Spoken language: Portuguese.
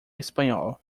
espanhol